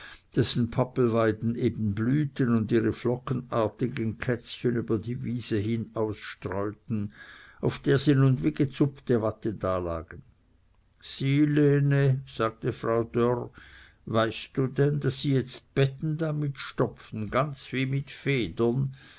dessen pappelweiden eben blühten und ihre flockenartigen kätzchen über die wiese hin ausstreuten auf der sie nun wie gezupfte watte dalagen sieh lene sagte frau dörr weißt du denn daß sie jetzt betten damit stopfen ganz wie mit federn